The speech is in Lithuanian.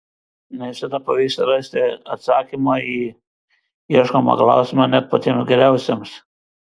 ne visada pavyksta rasti atsakymą į ieškomą klausimą net patiems geriausiems